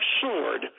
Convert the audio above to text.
sword